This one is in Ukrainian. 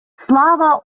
слава